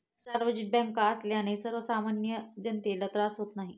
सार्वजनिक बँका असल्याने सर्वसामान्य जनतेला त्रास होत नाही